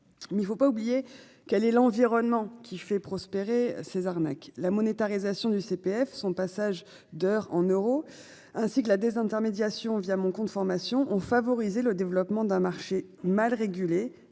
Mais il ne faut pas oublier qu'elle est l'environnement qui fait prospérer ces arnaques, la monétarisation du CPF son passage d'heures en euros, ainsi que la désintermédiation via mon compte formation ont favorisé le développement d'un marché mal régulé